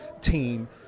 team